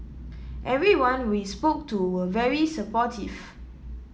everyone we spoke to were very supportive